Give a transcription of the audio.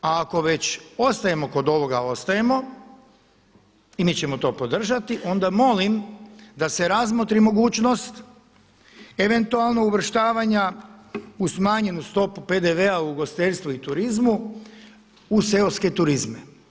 A ako već ostajemo kod ovoga, ostajemo i mi ćemo to podržati onda molim da se razmotri mogućnost eventualno uvrštavanja u smanjenu stopu PDV-a u ugostiteljstvu i turizmu u seoske turizme.